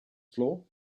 floor